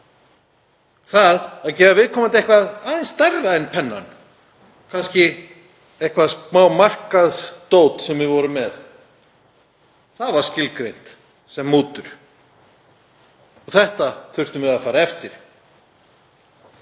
Það að gefa viðkomandi eitthvað aðeins stærra en pennann, kannski eitthvert smá markaðsdót sem við vorum með, var skilgreint sem mútur. Þessu þurftum við að fara eftir.